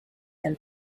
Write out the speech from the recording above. and